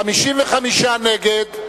55 נגד,